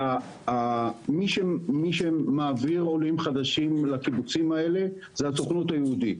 ומי שמעביר עולים חדשים לקיבוצים האלה זה הסוכנות היהודית.